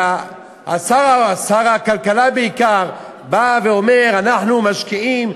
ושר הכלכלה בעיקר בא ואומר: אנחנו משקיעים,